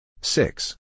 Six